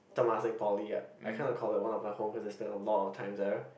Temasek-Poly I kind of call it one of my home because I spend a lot of time there